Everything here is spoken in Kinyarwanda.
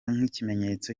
nk’ikimenyetso